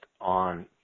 on